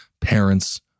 parents